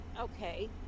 okay